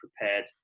prepared